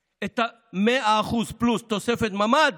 את ה-100% פלוס תוספת ממ"ד,